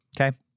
okay